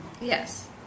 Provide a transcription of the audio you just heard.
Yes